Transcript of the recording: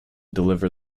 deliver